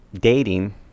dating